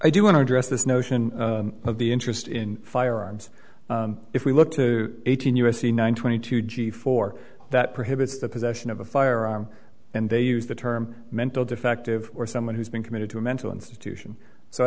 i do want to address this notion of the interest in firearms if we look to eighteen u s c nine twenty two g four that prohibits the possession of a firearm and they use the term mental defective or someone who's been committed to a mental institution so i